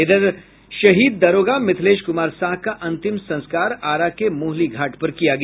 इधर शहीद दारोगा मिथिलेश कुमार साह का अंतिम संस्कार आरा के मोहली घाट पर किया गया